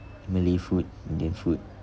malay food indian food